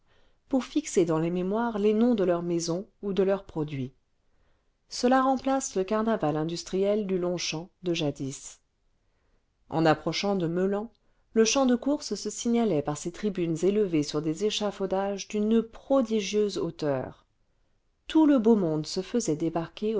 pour fixer dans les mémoires les noms de leurs maisons ou de leurs produits cela remplace le carnaval industriel du longchamps de jadis en approchant de meulan le champ de courses se signalait par ses tribunes élevées sur des échafaudages d'une prodigieuse hauteur tout lebeau monde se faisait débarquer